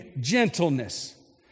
gentleness